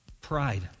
Pride